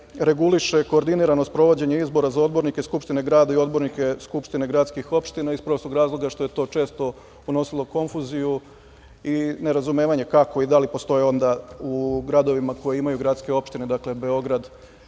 reguliše koordinirano sprovođenje izbora za odbornike Skupštine grada i odbornike skupštine gradskih opština, iz prostog razloga što je to često unosilo konfuziju i nerazumevanje kako i da li postoje onda u gradovima koji imaju gradske opštine, dakle, Beograd,